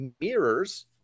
mirrors